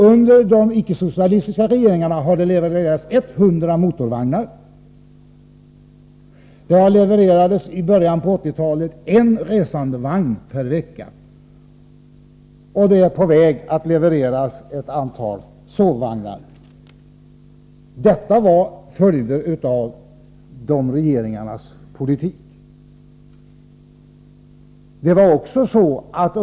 Under de icke-socialistiska regeringarna har det levererats 100 motorvagnar, det levererades i början av 1980-talet en resandevagn per vecka, och det är på väg att levereras ett antal sovvagnar = och det är en följd av de icke-socialistiska regeringarnas politik!